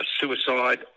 suicide